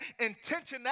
intentionality